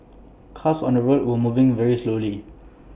cars on the road were moving very slowly